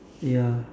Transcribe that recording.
ya